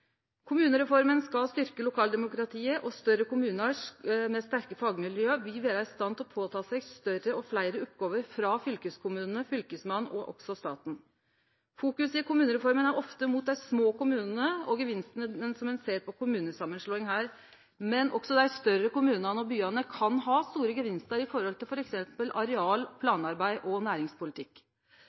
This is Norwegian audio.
Kommunereforma skal styrkje lokaldemokratiet, og større kommunar med sterke fagmiljø vil vere i stand til å ta på seg større og fleire oppgåver frå fylkeskommune, Fylkesmann og staten. Fokus i kommunereforma er ofte mot dei små kommunane og gevinstane som ein ser for kommunesamanslåing her, men også dei større kommunane og byane kan ha store gevinstar med omsyn til f.eks. areal, planarbeid og næringspolitikk.